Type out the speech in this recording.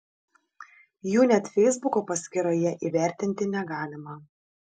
jų net feisbuko paskyroje įvertinti negalima